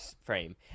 frame